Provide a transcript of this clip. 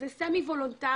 זה סמי וולונטרי,